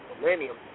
millennium